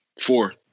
Four